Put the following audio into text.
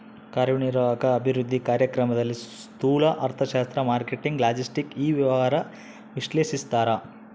ಕಾರ್ಯನಿರ್ವಾಹಕ ಅಭಿವೃದ್ಧಿ ಕಾರ್ಯಕ್ರಮದಲ್ಲಿ ಸ್ತೂಲ ಅರ್ಥಶಾಸ್ತ್ರ ಮಾರ್ಕೆಟಿಂಗ್ ಲಾಜೆಸ್ಟಿಕ್ ಇ ವ್ಯವಹಾರ ವಿಶ್ಲೇಷಿಸ್ತಾರ